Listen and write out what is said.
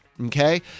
Okay